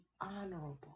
honorable